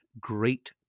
great